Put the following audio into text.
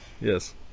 yes